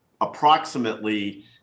approximately